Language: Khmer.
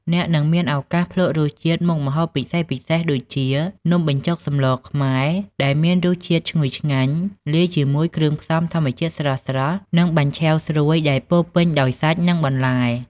អ្នកនឹងមានឱកាសភ្លក្សរសជាតិមុខម្ហូបពិសេសៗដូចជា នំបញ្ចុកសម្លរខ្មែរ ដែលមានរសជាតិឈ្ងុយឆ្ងាញ់ លាយជាមួយគ្រឿងផ្សំធម្មជាតិស្រស់ៗ និង បាញ់ឆែវ ស្រួយដែលពោរពេញដោយសាច់ និងបន្លែ។